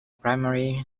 primary